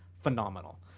phenomenal